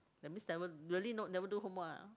that means never really no never do homework ah